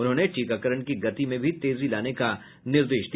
उन्होंने टीकाकरण की गति में भी तेजी लाने का भी निर्देश दिया